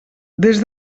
des